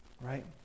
right